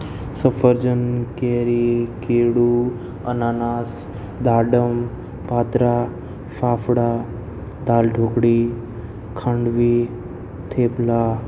સફરજન કેરી કેળું અનાનસ દાડમ પાતરા ફાફળા દાલ ઢોકળી ખાંડવી થેપલા